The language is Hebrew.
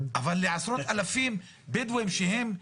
אבל לעשרות אלפי בדואים לא?